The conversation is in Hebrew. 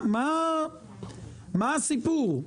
מה הסיפור?